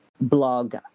blog